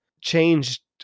changed